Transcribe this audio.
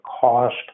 cost